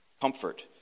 Comfort